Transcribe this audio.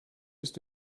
ist